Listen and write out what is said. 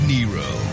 Nero